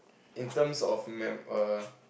in terms of mem~ err